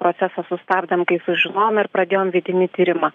procesą sustabdėm kai sužinojom ir pradėjom vidinį tyrimą